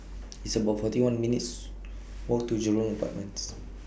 It's about forty one minutes' Walk to Jurong Apartments